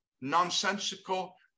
nonsensical